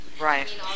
Right